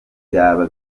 byaba